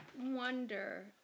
wonder